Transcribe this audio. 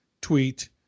tweet